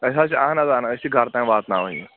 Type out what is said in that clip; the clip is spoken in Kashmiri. أسۍ حظ چھِ اہَن حظ اہَن حظ أسۍ چھِ گرٕ تانۍ واتناوَان یہِ